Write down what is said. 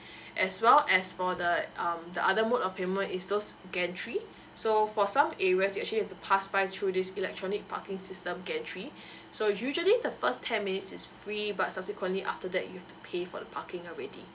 as well as for the um the other mode of payment is those gantry so for some areas you actually have to pass by through this electronic parking system gantry so usually the first ten minutes is free but subsequently after that you've to pay for the parking already